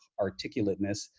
articulateness